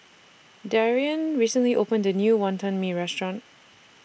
Darrien recently opened A New Wantan Mee Restaurant